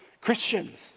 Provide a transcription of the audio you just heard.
Christians